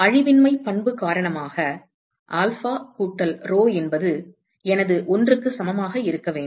அழிவின்மைப் பண்பு காரணமாக ஆல்பா கூட்டல் ரோ எனது 1 க்கு சமமாக இருக்க வேண்டும்